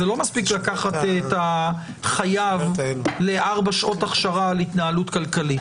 זה לא מספיק לקחת את החייב לארבע שעות הכשרה על התנהלות כלכלית.